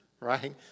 Right